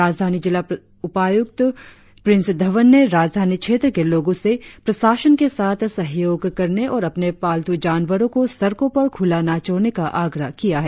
राजधानी जिला उपायुक्त प्रिंस धवन ने राजधानी क्षेत्र के लोगो से प्रशासन के साथ सहयोग करने और अपने पालतू जानवरों को सड़को पर खुला न छोड़ने का आग्रह किया है